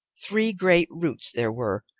three great roots there were,